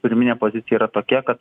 pirminė pozicija yra tokia kad